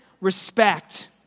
respect